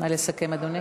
נא לסכם, אדוני.